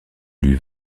lui